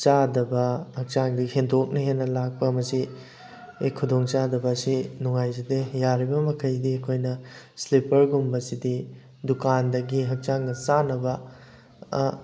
ꯆꯗꯕ ꯍꯥꯛꯆꯥꯡꯗꯩ ꯍꯦꯟꯗꯣꯛꯅ ꯍꯦꯟꯅ ꯂꯥꯛꯄ ꯃꯁꯤ ꯈꯨꯗꯣꯡ ꯆꯥꯗꯕ ꯑꯁꯤ ꯅꯨꯡꯉꯥꯏꯖꯗꯦ ꯌꯥꯔꯤꯕ ꯃꯈꯩꯗꯤ ꯑꯩꯈꯣꯏꯅ ꯁ꯭ꯂꯤꯞꯄꯔ ꯒꯨꯝꯕꯁꯤꯗꯤ ꯗꯨꯀꯥꯟꯗꯒꯤ ꯍꯛꯆꯥꯡꯒ ꯆꯥꯟꯅꯕ